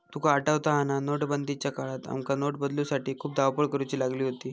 तुका आठवता हा ना, नोटबंदीच्या काळात आमका नोट बदलूसाठी खूप धावपळ करुची लागली होती